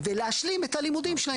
להשלים את הלימודים שלהם.